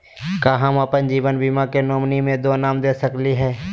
का हम अप्पन जीवन बीमा के नॉमिनी में दो नाम दे सकली हई?